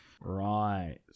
Right